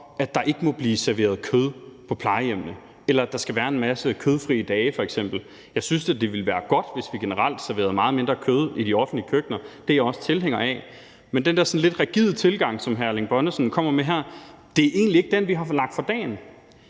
at der ikke må blive serveret kød på plejehjemmene, eller at der f.eks. skal være en masse kødfrie dage. Jeg synes da, det ville være godt, hvis vi generelt serverede meget mindre kød i de offentlige køkkener – det er jeg også tilhænger af – men den der sådan lidt rigide tilgang, som hr. Erling Bonnesen kommer med her, er egentlig ikke den, vi har lagt for dagen.